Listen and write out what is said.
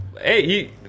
Hey